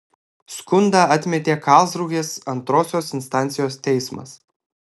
skundą atmetė karlsrūhės antrosios instancijos teismas